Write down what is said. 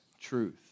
truth